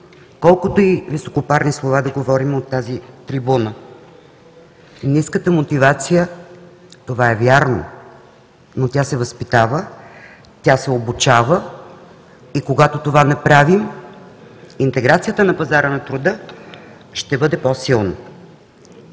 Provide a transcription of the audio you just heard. колкото и високопарни слова да говорим от тази трибуна. Ниската мотивация – това е вярно, но тя се възпитава, тя се обучава, и когато това направим, интеграцията на пазара на труда ще бъде по-силна.